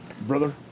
Brother